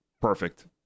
perfect